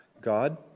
God